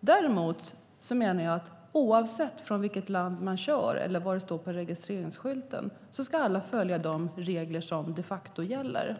Däremot menar jag att oavsett från vilket land man kommer eller vad det står på registreringsskylten ska man följa de regler som gäller.